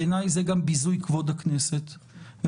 בעיניי זה גם ביזוי כבוד הכנסת --- אתם מבזים את